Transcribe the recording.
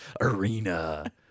arena